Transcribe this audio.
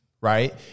right